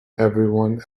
everyone